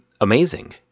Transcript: amazing